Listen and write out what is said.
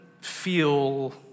feel